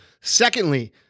secondly